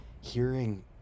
hearing